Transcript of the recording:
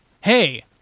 Hey